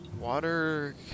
Water